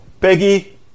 Peggy